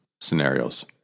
scenarios